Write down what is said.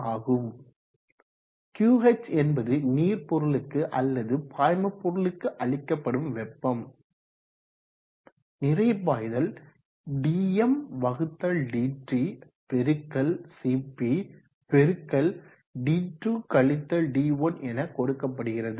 ஆகும் Qh என்பது நீர் பொருளுக்கு அல்லது பாய்ம பொருளுக்கு அளிக்கப்படும் வெப்பம் நிறைபாய்தல் dmdt பெருக்கல் cp பெருக்கல் என கொடுக்கப்படுகிறது